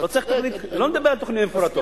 אני לא מדבר על תוכניות מפורטות.